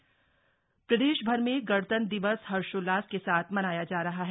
गणतंत्र दिवस प्रदेशभर में गणतंत्र दिवस हर्षोल्लास के साथ मनाया जा रहा है